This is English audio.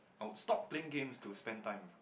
I will stop playing games to spend time